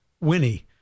Winnie